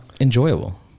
enjoyable